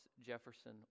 Jefferson